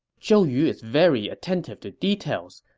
zhou yu is very attentive to details.